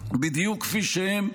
בדיוק כפי שהם.